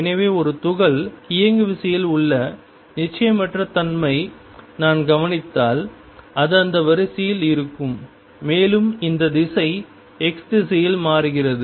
எனவே ஒரு துகள் இயங்குவிசையில் உள்ள நிச்சயமற்ற தன்மை நான் கவனித்தால் அது இந்த வரிசையில் இருக்கும் மேலும் இந்த திசை x திசையில் மாறுகிறது